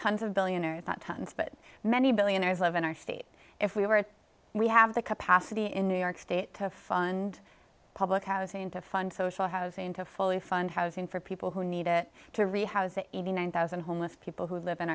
tons of billionaires not tons but many billionaires live in our state if we were it we have the capacity in new york state to fund public housing to fund social housing to fully fund housing for people who need it to rehab eighty nine thousand homeless people who live in